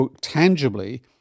tangibly